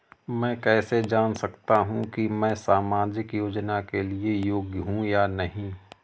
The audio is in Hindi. मैं कैसे जान सकता हूँ कि मैं सामाजिक योजना के लिए योग्य हूँ या नहीं?